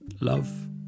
love